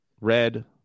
red